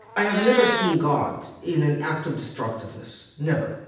i have never seen god in an act of destructiveness, never.